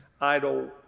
Idle